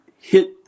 hit